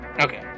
Okay